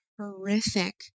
horrific